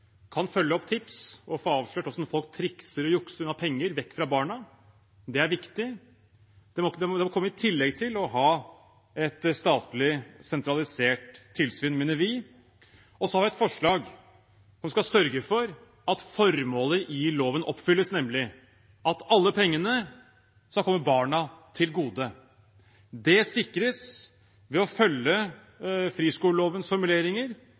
kan følge opp tips og få avslørt hvordan folk trikser og jukser penger vekk fra barna. Det er viktig, og det må komme i tillegg til å ha et statlig, sentralisert tilsyn, mener vi. Vi har et forslag som skal sørge for at formålet i loven oppfylles – nemlig at alle pengene skal komme barna til gode. Det sikres ved å følge friskolelovens formuleringer